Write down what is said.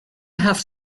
have